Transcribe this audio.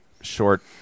short